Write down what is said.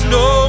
no